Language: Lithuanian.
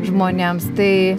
žmonėms tai